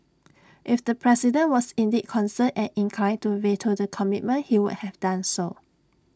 if the president was indeed concerned and inclined to veto the commitment he would have done so